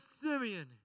Simeon